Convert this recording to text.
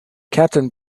captain